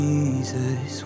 Jesus